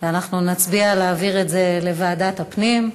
אנחנו נצביע להעביר את זה לוועדת הפנים,